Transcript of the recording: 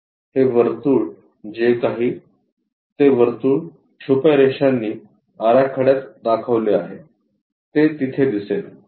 हे वर्तुळ जे काही ते वर्तुळ छुप्या रेषांनी आराखड्यात दाखवले आहे ते तिथे दिसेल